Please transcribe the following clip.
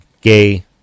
gay